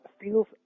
feels